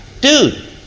Dude